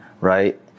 Right